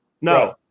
No